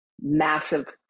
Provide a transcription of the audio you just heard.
massive